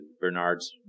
Bernard's